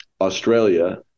Australia